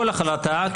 כל החלטה,